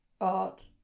Art